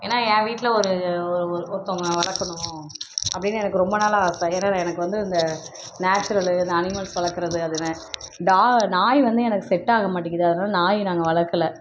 ஏன்னா என் வீட்டில் ஒரு ஒ ஒரு ஒருத்தவங்க வளர்க்கணும் அப்படின்னு எனக்கு ரொம்ப நாளாக ஆசை ஏன்னா எனக்கு வந்து இந்த நேச்சுரலு இந்த அனிமல்ஸ் வளர்க்குறது அதுதான் டா நாய் வந்து எனக்கு செட்டாக மாட்டேங்கிது அதனால நாய் நாங்க வளர்க்கல